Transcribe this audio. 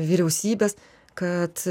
vyriausybes kad